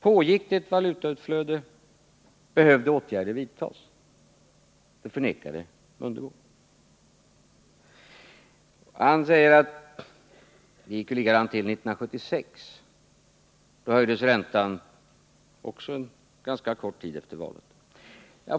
Pågick det ett valutautflöde, behövde åtgärder vidtas? Det förnekade Ingemar Mundebo. Han säger att det gick likadant till 1976. Då höjdes räntan också en ganska kort tid efter valet.